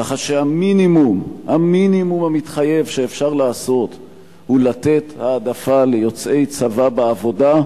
כך שהמינימום המתחייב שאפשר לעשות הוא לתת העדפה ליוצאי צבא בעבודה,